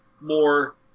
more